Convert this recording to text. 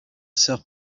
sœur